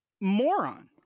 moron